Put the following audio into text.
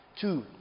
Two